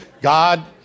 God